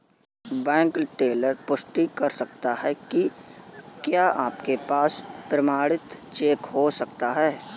Bank teller पुष्टि कर सकता है कि क्या आपके पास प्रमाणित चेक हो सकता है?